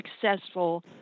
successful